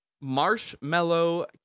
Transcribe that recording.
Marshmallow